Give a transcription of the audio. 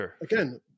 Again